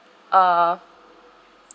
uh